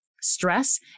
stress